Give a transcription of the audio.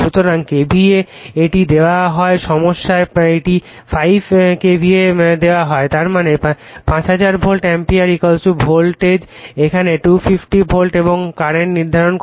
সুতরাং KVA এটি দেওয়া হয় সমস্যায় এটি 5 KVA দেওয়া হয় তার মানে 5000 ভোল্ট অ্যাম্পিয়ার ভোল্টেজ এখানে 250 ভোল্ট এবং কারেন্ট নির্ধারণ করতে হবে